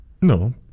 no